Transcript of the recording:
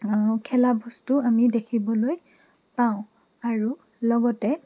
খেলা বস্তু আমি দেখিবলৈ পাওঁ আৰু লগতে